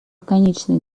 конечная